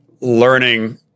learning